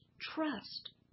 trust